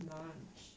lunch